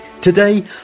Today